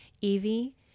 Evie